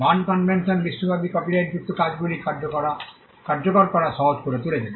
burn convention বিশ্বব্যাপী কপিরাইটযুক্ত কাজগুলি কার্যকর করা সহজ করে তুলেছিল